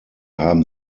haben